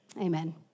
Amen